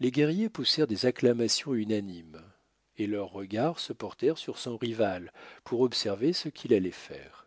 les guerriers poussèrent des acclamations unanimes et leurs regards se portèrent sur son rival pour observer ce qu'il allait faire